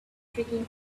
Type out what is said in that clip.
tricking